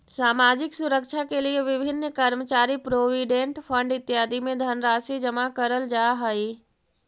सामाजिक सुरक्षा के लिए विभिन्न कर्मचारी प्रोविडेंट फंड इत्यादि में धनराशि जमा करल जा हई